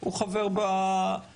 הוא חבר בוועדה.